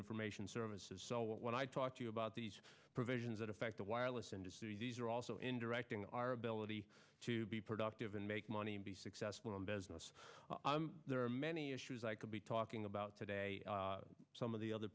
information services so when i talk to you about these provisions that affect the wireless industry these are also in directing our ability to be productive and make money and be successful in business there are many issues i could be talking about today some of the other